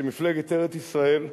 שמפלגת ארץ-ישראל,